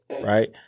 right